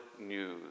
news